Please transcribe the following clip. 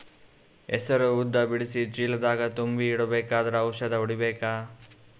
ಹೆಸರು ಉದ್ದ ಬಿಡಿಸಿ ಚೀಲ ದಾಗ್ ತುಂಬಿ ಇಡ್ಬೇಕಾದ್ರ ಔಷದ ಹೊಡಿಬೇಕ?